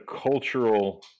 cultural